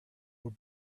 were